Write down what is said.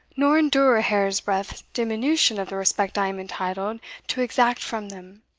nor endure a hair's-breadth diminution of the respect i am entitled to exact from them.